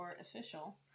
Official